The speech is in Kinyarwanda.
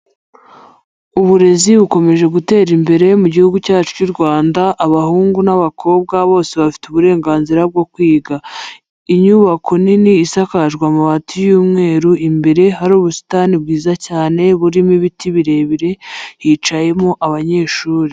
Uburezi bukomeje gutera imbere mu gihugu cyacu cy'u Rwanda abahungu n'abakobwa bose bafite uburenganzira bwo kwiga. Inyubako nini isakajwe amabati y'umweru, imbere hari ubusitani bwiza cyane, burimo ibiti birebire, hicayemo abanyeshuri.